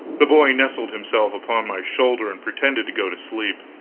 the boy nestled himself upon my shoulder and pretended to go to sleep.